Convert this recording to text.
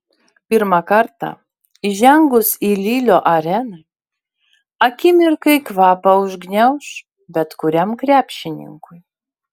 pirmą kartą įžengus į lilio areną akimirkai kvapą užgniauš bet kuriam krepšininkui